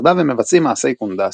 יחדיו הם מבצעים מעשי קונדס.